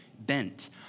bent